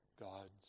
God's